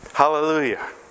hallelujah